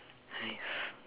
!hais!